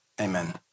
Amen